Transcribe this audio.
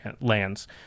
lands